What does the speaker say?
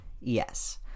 Yes